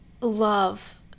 love